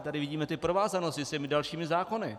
Tady vidíme ty provázanosti s těmi dalšími zákony.